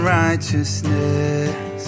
righteousness